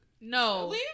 No